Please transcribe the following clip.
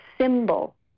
symbol